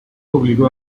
obligó